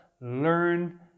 learn